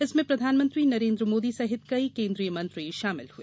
इसमें प्रधानमंत्री नरेंद्र मोदी सहित कई केंद्रीय मंत्री शामिल हुए